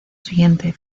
siguiente